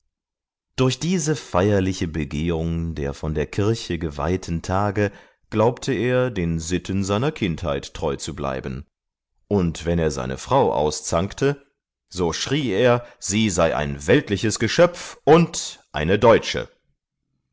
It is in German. durch diese feierliche begehung der von der kirche geweihten tage glaubte er den sitten seiner kindheit treu zu bleiben und wenn er seine frau auszankte so schrie er sie sei ein weltliches geschöpf und eine deutsche